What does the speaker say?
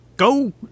Go